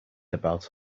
about